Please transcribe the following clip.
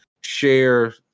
share